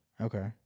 Okay